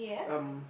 um